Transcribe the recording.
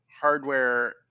hardware